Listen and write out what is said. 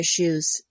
issues